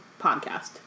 podcast